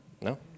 No